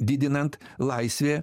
didinant laisvė